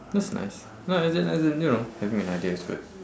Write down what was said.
that's nice no as in as in you know having an idea is good